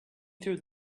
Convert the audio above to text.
through